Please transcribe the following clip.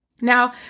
Now